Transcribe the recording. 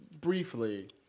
briefly